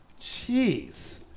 Jeez